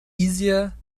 easier